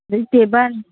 ꯑꯗꯒꯤ ꯇꯦꯕꯜ